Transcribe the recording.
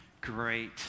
Great